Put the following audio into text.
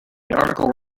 article